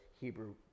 Hebrew